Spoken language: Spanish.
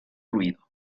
ruido